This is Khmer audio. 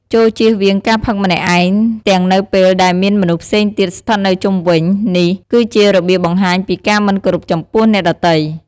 ចូលជៀសវាងការផឹកម្នាក់ឯង ទាំងនៅពេលដែលមានមនុស្សផ្សេងទៀតស្ថិតនៅជុំវិញ នេះគឺជារបៀបបង្ហាញពីការមិនគោរពចំពោះអ្នកដទៃ។